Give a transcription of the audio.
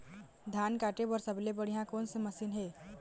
धान काटे बर सबले बढ़िया कोन से मशीन हे?